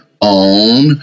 on